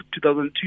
2002